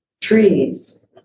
Trees